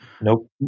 Nope